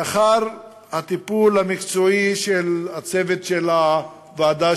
לאחר הטיפול המקצועי של צוות הוועדה,